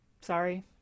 Sorry